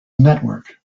network